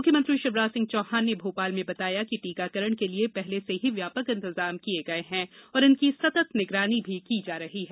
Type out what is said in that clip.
मुख्यमंत्री शिवराज सिंह चौहान ने भोपाल में बताया कि टीकाकरण के लिए पहले से ही व्यापक इंतजाम किये गये हैं और इनकी सत्त निगरानी भी की जा रही है